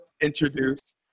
introduce